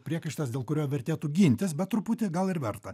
priekaištas dėl kurio vertėtų gintis bet truputį gal ir verta